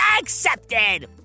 accepted